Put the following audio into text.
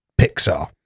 Pixar